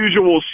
usual